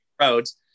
roads